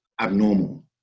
abnormal